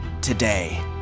today